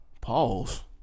Pause